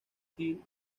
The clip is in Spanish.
hill